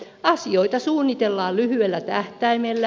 asioita suunnitellaan lyhyellä tähtäimellä